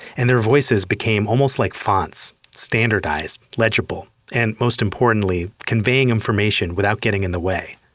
and their voices became almost like fonts. standardized, legible, and most importantly, conveying information without getting in the way.